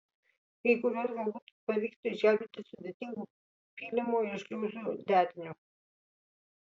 kai kuriuos galbūt pavyktų išgelbėti sudėtingu pylimų ir šliuzų deriniu